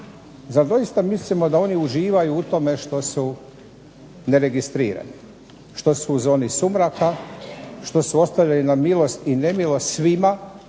doista mislimo da oni uživaju u tome što su neregistrirani, što su u zoni sumraka, što su ostavljeni na milost i nemilost svima